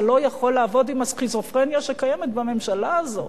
זה לא יכול לעבוד עם הסכיזופרניה שקיימת בממשלה הזאת.